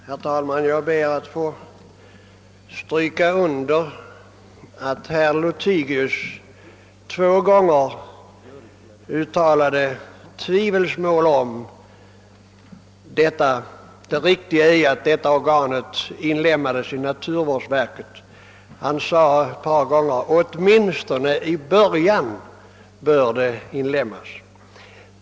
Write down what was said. Herr talman! Jag ber att få understryka att herr Lothigius två gånger uttalat tvivel på att detta organ bör inlemmas i naturvårdsverket. Han sade vid ett par tillfällen: åtminstone i början bör det inlemmas.